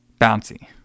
bouncy